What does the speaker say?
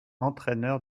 entraîneur